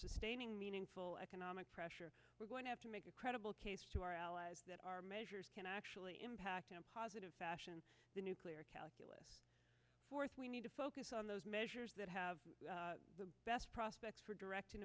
sustaining meaningful economic pressure we're going to have to make a credible case to our allies that our measures can actually impact in a positive fashion the nuclear calculus fourth we need to focus on those measures that have the best prospects for direct